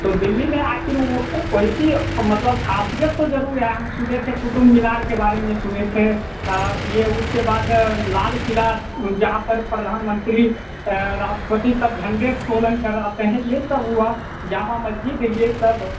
तो दिल्ली में आखिर उ वैसी मतलब खासियत तो ज़रूर है हम सुने थे कुतुब मीनार के बारे में सुने थे उसके बाद लाल किला यहाँ पर प्रधानमंत्री राष्टपति तक झंडे तोलन कर आते हैं यह सब हुआ जामा मस्जिद है यह सब